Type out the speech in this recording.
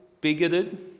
bigoted